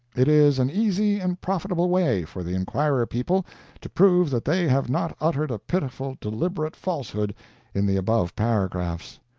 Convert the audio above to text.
it is an easy and profitable way for the enquirer people to prove that they have not uttered a pitiful, deliberate falsehood in the above paragraphs.